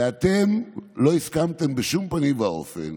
ואתם לא הסכמתם בשום פנים ואופן